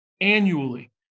annually